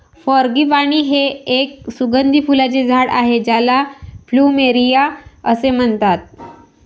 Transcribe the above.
frangipani हे एक सुगंधी फुलांचे झाड आहे ज्याला प्लुमेरिया असेही म्हणतात